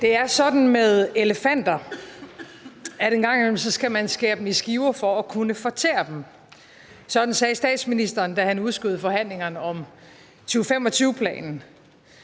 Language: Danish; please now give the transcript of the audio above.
Det er sådan med elefanter, at en gang imellem skal man skære dem i skiver for at kunne fortære dem. Sådan sagde statsministeren, da han udskød forhandlingerne om 2025-planen.